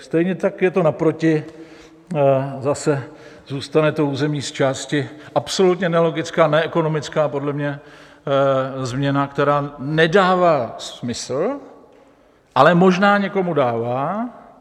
Stejně tak je to naproti, zase zůstane to území zčásti, absolutně nelogická, neekonomická podle mě změna, která nedává smysl, ale možná někomu dává.